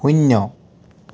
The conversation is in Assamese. শূন্য